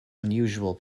unusual